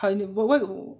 还有 why~